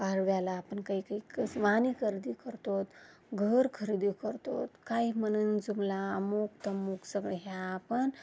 पाडव्याला आपण काही काही कसं वाहने खरेदी करतोत घर खरेदी करतोत काही म्हणून जुमला अमूक तमूक सगळे ह्या आपण